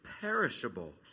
perishable